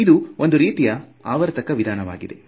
ಇದು ಒಂದು ರೀತಿಯ ಆವರ್ತಕ ವಿಧಾನವಾಗಿದೆ